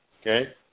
Okay